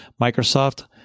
Microsoft